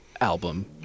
album